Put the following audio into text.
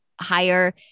higher